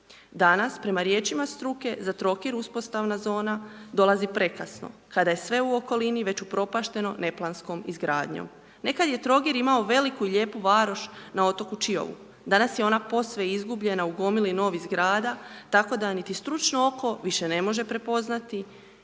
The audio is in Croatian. Danas, prema riječima struke za Trogir uspostavna zona dolazi prekasno kada je sve u okolini već upropašteno neplanskom izgradnjom. Nekad je Trogir imao veliku i lijepu varoš na otoku Čiovu, danas je ona posve izgubljena u gomili novih zgrada tako da niti stručno oko više ne može prepoznati